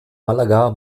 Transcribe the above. malaga